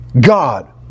God